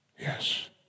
Yes